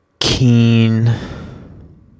Keen